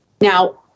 now